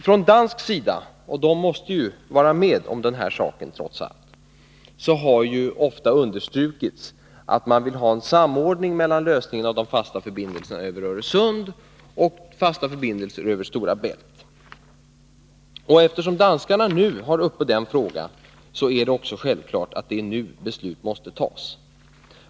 Från dansk sida — och danskarna måste ju vara med om den här saken trots allt — har ofta understrukits att man vill ha en samordning av lösningarna när det gäller fast förbindelse över Öresund och fast förbindelse över Stora Bält. Och eftersom danskarna nu har den här frågan uppe är det också självklart att det är nu beslut måste tas.